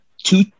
two